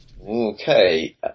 Okay